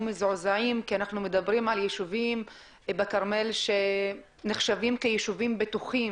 מזועזעים כי אנחנו מדברים על ישובים בכרמל שנחשבים לישובים בטוחים,